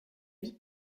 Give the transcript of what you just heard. vie